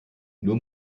nur